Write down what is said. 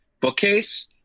bookcase